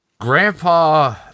Grandpa